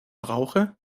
brauche